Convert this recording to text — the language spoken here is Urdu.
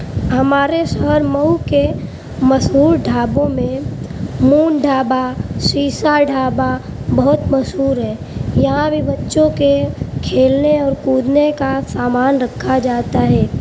ہمارے شہر مئو کے مشہور ڈھابوں میں مون ڈھابا سیسا ڈھابا بہت مشہور ہے یہاں بھی بچوں کے کھیلنے اور کودنے کا سامان رکھا جاتا ہے